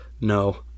no